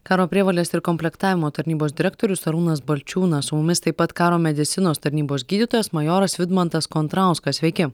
karo prievolės ir komplektavimo tarnybos direktorius arūnas balčiūnas su mumis taip pat karo medicinos tarnybos gydytojas majoras vidmantas kontrauskas sveiki